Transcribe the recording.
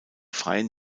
freien